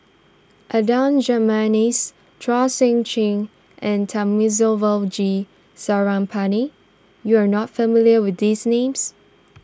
Adan Jimenez Chua Sian Chin and Thamizhavel G Sarangapani you are not familiar with these names